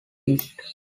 east